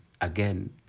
again